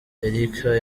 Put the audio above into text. erica